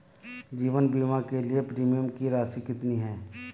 जीवन बीमा के लिए प्रीमियम की राशि कितनी है?